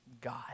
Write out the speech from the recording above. God